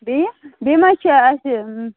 بیٚیہِ بیٚیہِ ما چھُ اَسہِ